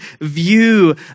view